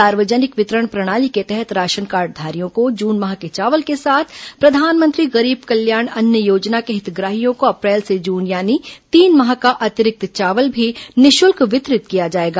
सार्वजनिक वितरण प्रणाली के तहत राशन कार्डधारियों को जून माह के चावल के साथ प्रधानमंत्री गरीब कल्याण अन्न योजना के हितग्राहियों को अप्रैल से जून यानी तीन माह का अतिरिक्त चावल भी निःशुल्क वितरित किया जाएगा